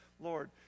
Lord